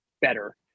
better